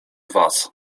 was